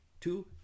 two